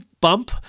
bump